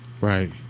Right